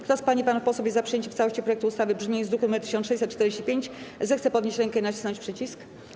Kto z pań i panów posłów jest za przyjęciem w całości projektu ustawy w brzmieniu z druku nr 1645, zechce podnieść rękę i nacisnąć przycisk.